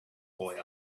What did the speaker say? boy